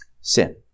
Sin